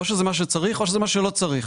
או שזה משהו שצריך או שזה משהו שלא צריך.